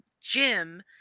Jim